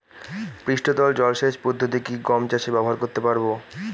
পৃষ্ঠতল জলসেচ পদ্ধতি কি গম চাষে ব্যবহার করতে পারব?